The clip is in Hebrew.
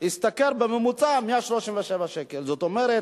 השתכר בממוצע 137 שקל, זאת אומרת,